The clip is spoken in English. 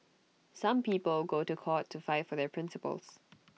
some people go to court to fight for their principles